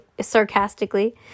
sarcastically